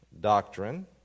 doctrine